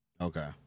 Okay